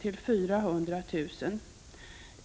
till 400 000 kr.